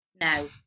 No